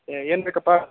ಏ ಏನು ಬೇಕಪ್ಪಾ